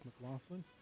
McLaughlin